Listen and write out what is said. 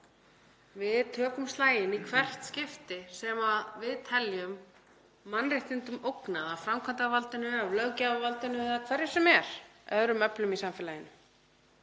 Við tökum slaginn í hvert skipti sem við teljum mannréttindum ógnað af framkvæmdarvaldinu, af löggjafarvaldinu, af hverjum sem er, öðrum öflum í samfélaginu.